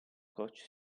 coach